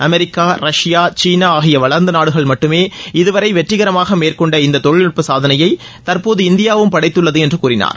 America Russia China ஆகிய வளர்ந்த நாடுகள் மட்டுமே இதுவரை வெற்றிகரமாக மேற்கொண்ட இந்த தொழில்நுட்ப சாதனையை தற்போது இந்தியாவும் படைத்துள்ளது என்று கூறினார்